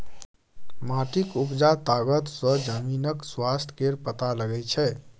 माटिक उपजा तागत सँ जमीनक स्वास्थ्य केर पता लगै छै